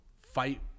fight